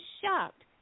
shocked